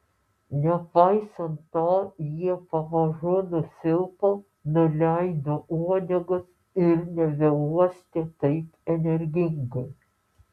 nepaisant to jie pamažu nusilpo nuleido uodegas ir nebeuostė taip energingai